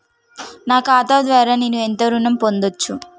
నా ఖాతా ద్వారా నేను ఎంత ఋణం పొందచ్చు?